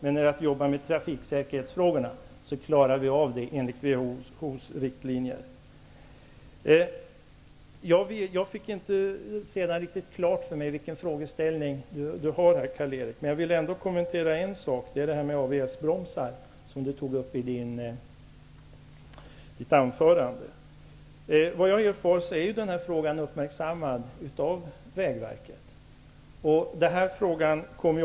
Men trafiksäkerhetsfrågorna klarar vi av, enligt WHO:s riktlinjer. Jag har inte riktigt klart för mig Karl-Erik Perssons frågeställning. Men jag vill ändå kommentera detta med ABS-bromsar, som Karl-Erik Persson tog upp i sitt anförande. Enligt vad jag har erfarit är denna fråga uppmärksammad av Vägverket.